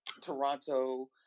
Toronto